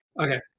Okay